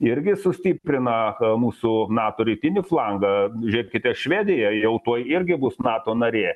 irgi sustiprina mūsų nato rytinį flangą žiūrėkite švedija jau tuoj irgi bus nato narė